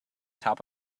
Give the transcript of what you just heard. top